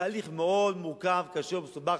זה תהליך מאוד מורכב, קשה ומסובך